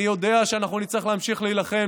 אני יודע שאנחנו נצטרך להמשיך להילחם,